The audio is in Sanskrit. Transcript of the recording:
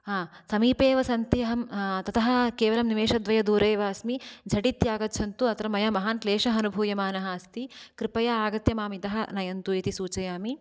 आम् समीपे एव सन्ति अहं ततः केवलं निमेषद्वयदूरे अस्मि झटिति आगच्छन्तु तत्र मया महान् क्लेशः अनुभूयमानः अस्ति कृपया आगत्य माम इतः नयन्तु इति सूचयामि